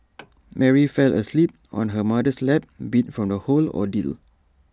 Mary fell asleep on her mother's lap beat from the whole ordeal